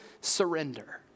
surrender